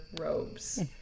robes